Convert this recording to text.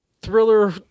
thriller